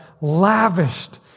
lavished